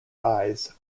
eyes